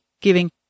giving